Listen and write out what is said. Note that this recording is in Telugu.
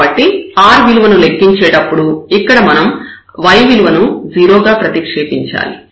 కాబట్టి r విలువను లెక్కించేటప్పుడు ఇక్కడ మనం y విలువను 0 గా ప్రతిక్షేపించాలి